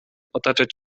otaczać